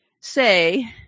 say